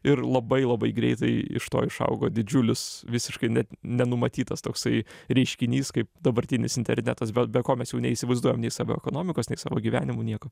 ir labai labai greitai iš to išaugo didžiulis visiškai net nenumatytas toksai reiškinys kaip dabartinis internetas be be ko mes jau neįsivaizduojam nei savo ekonomikos nei savo gyvenimų nieko